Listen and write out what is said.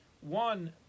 One